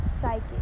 psychic